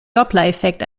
dopplereffekt